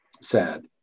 sad